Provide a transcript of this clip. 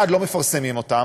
1. לא מפרסמים אותם,